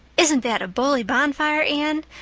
isn't that a bully bonfire, anne?